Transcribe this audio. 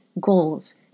goals